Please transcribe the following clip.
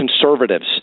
conservatives